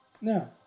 Now